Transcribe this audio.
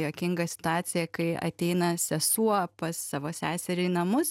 juokinga situacija kai ateina sesuo pas savo seserį į namus